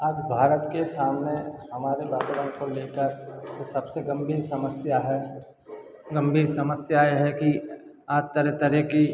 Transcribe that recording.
आज भारत के सामने हमारे वातावरण को लेकर जो सबसे गंभीर समस्या है गंभीर समस्याएँ हैं कि आज तरह तरह की